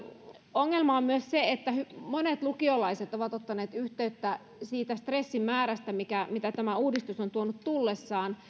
ongelma on myös se että monet lukiolaiset ovat ottaneet yhteyttä sen stressin määrästä mitä tämä uudistus on tuonut tullessaan